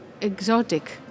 exotic